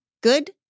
Good